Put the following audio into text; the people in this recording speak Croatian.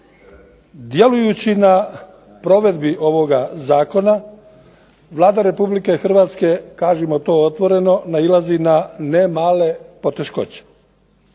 Djelujući na provedbi ovoga zakona Vlada Republike Hrvatske kažimo to otvoreno nailazi na ne male poteškoće.